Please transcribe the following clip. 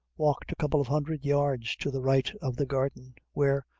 walked a couple of hundred yards to the right of the garden, where,